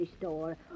store